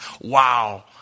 wow